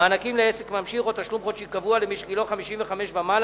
מענקים לעסק ממשיך או תשלום חודשי קבוע למי שגילו 55 ומעלה,